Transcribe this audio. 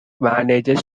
manages